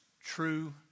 true